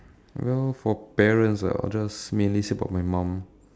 well for parents ah I'll just mainly say about my mom